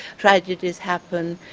tragedies happen,